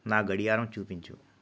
నా గడియారం చూపించు